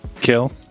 kill